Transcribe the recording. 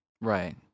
Right